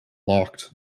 locked